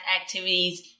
activities